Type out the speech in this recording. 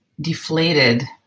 deflated